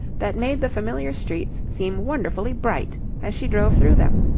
that made the familiar streets seem wonderfully bright as she drove through them.